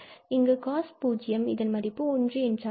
இங்கே cos0 இதன் மதிப்பு ஒன்று என்று ஆகிறது